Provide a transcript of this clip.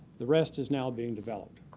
the rest is now being developed.